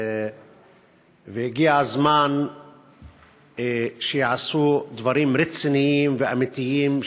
והגיע הזמן שייעשו דברים רציניים ואמיתיים,